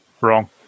Wrong